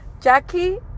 Jackie